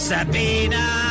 Sabina